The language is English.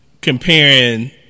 comparing